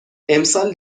امسال